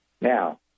Now